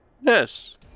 Yes